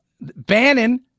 Bannon